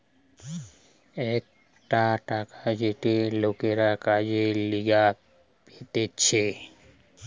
একটা টাকা যেটা লোকরা কাজের লিগে পেতেছে